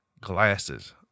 glasses